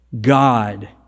God